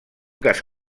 cas